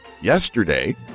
Yesterday